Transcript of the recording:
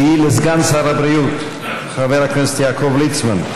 שהיא לסגן שר הבריאות חבר הכנסת יעקב ליצמן.